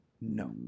no